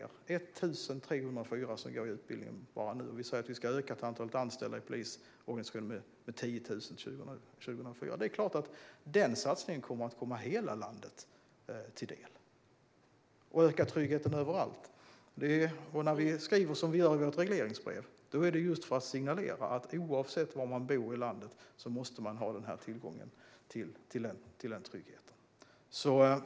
Bara nu går 1 304 personer utbildningen, och vi säger att vi ska öka antalet anställda i polisorganisationen med 10 000 till 2024. Den satsningen kommer att komma hela landet till del och öka tryggheten överallt. När vi skriver som vi gör i vårt regleringsbrev är det just för att signalera att oavsett var man bor i landet måste man ha tillgång till den tryggheten.